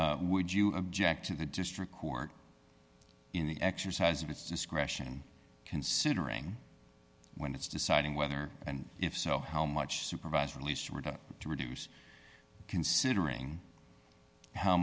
t would you object to the district court in the exercise of its discretion considering when it's deciding whether and if so how much supervised release we're going to reduce considering how